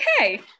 okay